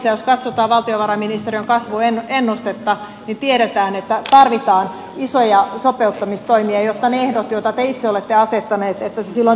jos katsotaan valtiovarainministeriön kasvuennustetta niin tiedetään että tarvitaan isoja sopeuttamistoimia jotta ne ehdot joita te itse olette asettanut silloin toteutuisivat